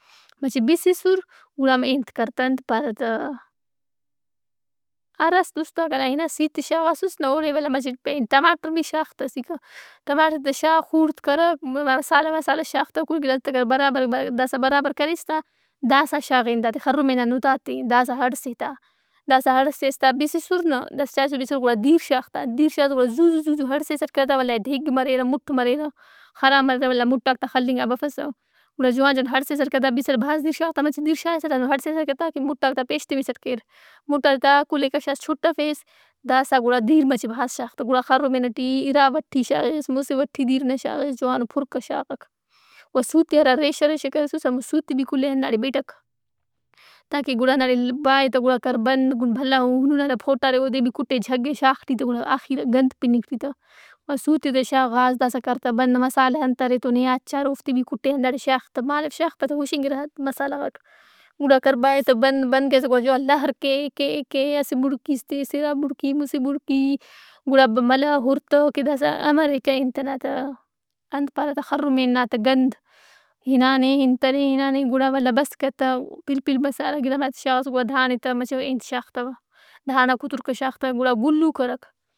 مچہ بسِسُرگڑا ہمے- این- کرتا انت پارہ تا، آ راست اُست آن کنا ہِنا، سیت آ شاغاسُس نہ اوڑے ولدا پے مچہ ٹماٹر بھی شاغ تا اسیکہ۔ ٹماٹرت آ شا خوڑت کرک، مسالحہ مسالحہ شاغ تا کل گڑات آ کہ برابر۔ داسا برابر کریس تا، داسا شاغ اے انتات ئے خرمین نا نُتات ئے۔ داسا ہڑسے تا۔ داسا ہڑیس تا بِسِسُر نا. داسا چائسس بسرگڑا دیر شاغ تا۔ دیر شا تا گڑا زُو زو، زوزو ہڑسیسٹ کہ تا، ولدا ڈیگ مریرہ مُٹھ مریرہ، خراب مریرہ ولدا مُٹھاک تا خلِنگ آئے بفسہ۔ گُڑا جوان جوان ہڑسِسٹ کہ تابِسر۔ بھاز دِیر شاغ تا مچہ دیر شاغسہ تا ولدا ہڑسیسہ کہ تاکہ مُٹھاک تا پیش تمِّسٹ کیر۔ مٹھات ئے تا کل کشاس چُھٹفیس، داسا گڑا دیرمچہ بھاز شاغ تا۔ گڑا خرمین ئٹی اِرا وٹی شاغس، مسہ وٹی دیر نا شاغس جوان پُر کہ شاغک۔ او سُوت ئے ہرا ریشہ ریشہ کریسس ہموسوت ئے بھی کل ئے ہنداڑے بِٹک۔ تاکہ گڑا ہنداڑے ل- بائے تا گڑا کر بند۔ گڑا بھلا اولن آ دا پوٹا ارے اودے بھی کٹے جگّے شاغ ٹی تا گڑا آخیر آ گند پِنک ٹی تا۔ وا سُوت ئے تا شاغاس داسا کر تا بند۔ مسالحہ انت ارے ای تو نے، آچار اوفتے بھی کُٹے ہنداڑے شاغ تا۔ مالو شاغپہ تا، ہشنگرہ انت- مسالحہ غاک۔ گڑا کر بائے تہ بند۔ بند کریس تہ گڑا جوان لہر کےکےکے اسہ بُڑّکیِس تِس، اِرا بُڑُکی، مُسہ بڑکی گُڑا ملہ ہُر تا کہ داسا امراے تہہ انت ئنا تہ۔ انت پارہ تہ ، خرمین نا تہ گند. ہِنانے ہنتنے؟ ہنانے گُڑا ولدا بس کہ تہ۔ پلپل مسالحہ گڑات ئے شاغاس گُڑا مچہ اےانت شاتہ، دھانڑاکتر کہ شاغ تا گُڑا گُلّو کرک۔